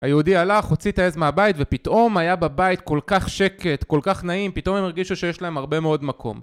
היהודי הלך, הוציא את העז מהבית ופתאום היה בבית כל כך שקט, כל כך נעים, פתאום הם הרגישו שיש להם הרבה מאוד מקום